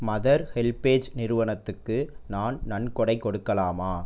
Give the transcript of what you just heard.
mother HelpAge நிறுவனத்துக்கு நான் நன்கொடை கொடுக்கலாமா